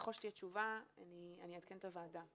ככל שתהיה תשובה, אני אעדכן את הוועדה.